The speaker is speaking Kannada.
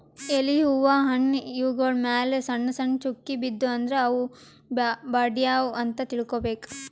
ಎಲಿ ಹೂವಾ ಹಣ್ಣ್ ಇವ್ಗೊಳ್ ಮ್ಯಾಲ್ ಸಣ್ಣ್ ಸಣ್ಣ್ ಚುಕ್ಕಿ ಬಿದ್ದೂ ಅಂದ್ರ ಅವ್ ಬಾಡ್ಯಾವ್ ಅಂತ್ ತಿಳ್ಕೊಬೇಕ್